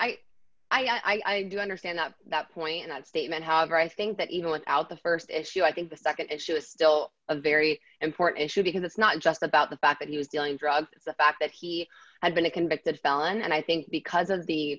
mister i i do understand that point in that statement however i think that even without the st few i think the nd issue is still a very important issue because it's not just about the fact that he was dealing drugs the fact that he had been a convicted felon and i think because of the